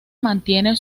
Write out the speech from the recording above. mantiene